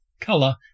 color